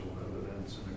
evidence